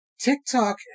TikTok